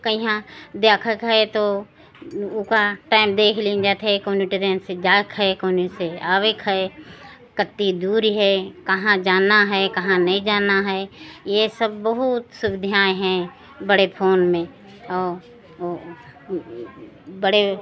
कहिया देखयक है तो ऊका टाएम देखि लिहिन जात है कौनो ट्रेन से जाएक है कोनो से आवयक है कितनी दूरि है कहाँ जाना है कहाँ नहीं जाना है यह सब बहुत सुविधाएँ हैं बड़े फोन में और बड़े